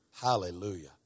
Hallelujah